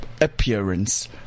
Appearance